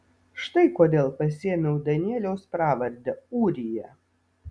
štai kodėl pasiėmiau danieliaus pravardę ūrija